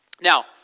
Now